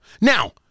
Now